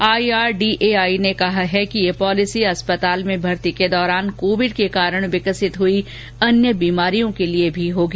IRDAI ने कहा है कि यह पॉलिसी अस्पताल में भर्ती के दौरान कोविड के कारण विकसित हई अन्य बीमारियों के लिए भी रहेगी